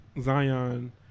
Zion